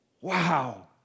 Wow